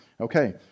okay